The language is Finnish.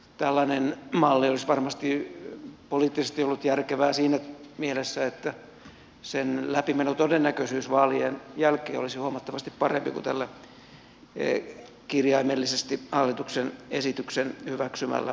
tällainen malli olisi varmasti poliittisesti ollut järkevä siinä mielessä että sen läpimenotodennäköisyys vaalien jälkeen olisi huomattavasti parempi kuin tällä kirjaimellisesti hallituksen esityksen hyväksymällä mallilla